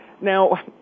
Now